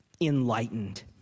enlightened